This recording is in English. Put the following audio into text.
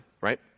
right